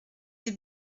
des